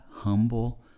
humble